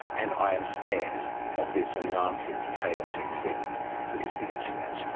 and i am scared of this anarchic, chaotic thing that is the internet,